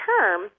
term